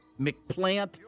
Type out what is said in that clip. McPlant